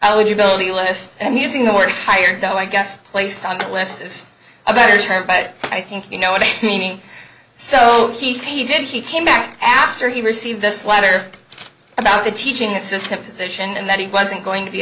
i would you build the list i'm using the word hired though i guess placed on the list is a better term but i think you know what meaning so he did he came back after he received this letter about the teaching assistant position and that he wasn't going to be